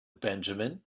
benjamin